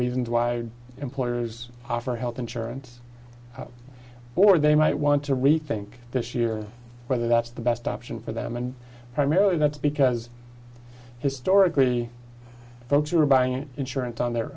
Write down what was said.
reasons why employers offer health insurance or they might want to rethink this year whether that's the best option for them and primarily that's because historically folks who are buying insurance on their